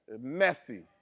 Messy